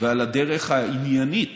ועל הדרך העניינית